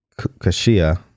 Kashia